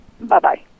Bye-bye